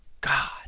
God